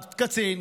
קצין,